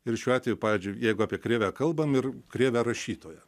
ir šiuo atveju pavyzdžiui jeigu apie krėvę kalbam ir krėvę rašytoją